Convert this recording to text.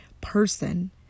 person